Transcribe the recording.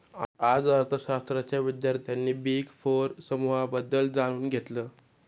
आज अर्थशास्त्राच्या विद्यार्थ्यांनी बिग फोर समूहाबद्दल जाणून घेतलं